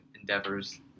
endeavors